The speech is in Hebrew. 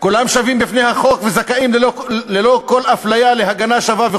"כולם שווים בפני החוק וזכאים ללא כל הפליה להגנה שווה",